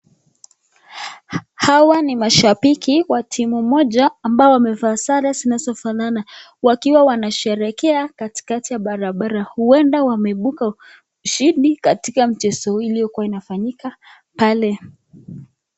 Hawa ni mashabiki wa timu moja ambao wamevaa sare zinazofanana wakiwa wanasherehekea katikati ya barabara. Huenda wameibuka ushindi katika mchezo iliyokuwa inafanyika pale.